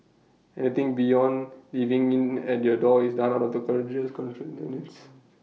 anything beyond leaving in at your door is done out of the courier's country kindness